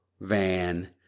Van